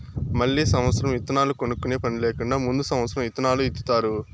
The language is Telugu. మళ్ళీ సమత్సరం ఇత్తనాలు కొనుక్కునే పని లేకుండా ముందు సమత్సరం ఇత్తనాలు ఇత్తుతారు